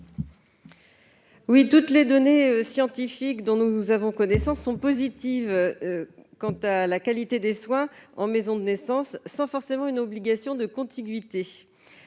Toutes les données scientifiques dont nous avons connaissance sont positives quant à la qualité des soins en maison de naissance, sans qu'il y ait forcément une obligation de contiguïté.